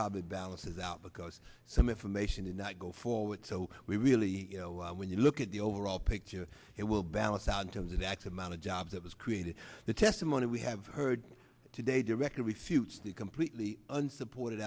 probably balances out because some information did not go forward so we really when you look at overall picture it will balance out in terms of x amount of jobs that was created the testimony we have heard today directly refutes the completely unsupported